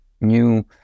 new